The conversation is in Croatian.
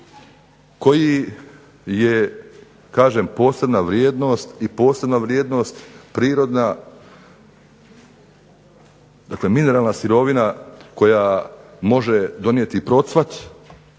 koji je posebna vrijednost i posebna vrijednost prirodna, dakle mineralna sirovina koja može donijeti procvat